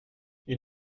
ils